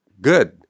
Good